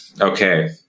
okay